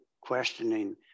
questioning